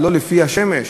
ולא לפי השמש.